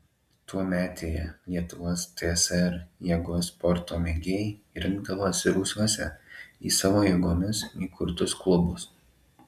tuometėje lietuvos tsr jėgos sporto mėgėjai rinkdavosi rūsiuose į savo jėgomis įkurtus klubus